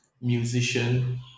musician